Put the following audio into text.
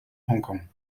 hongkong